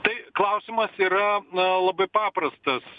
tai klausimas yra na labai paprastas